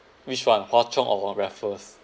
which one Hwa Chong or raffles